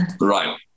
Right